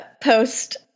post